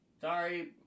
Sorry